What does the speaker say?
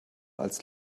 als